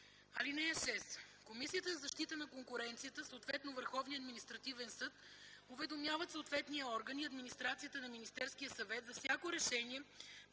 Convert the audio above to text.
решение. (6) Комисията за защита на конкуренцията, съответно Върховният административен съд уведомяват съответния орган и администрацията на Министерския съвет за всяко решение